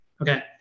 Okay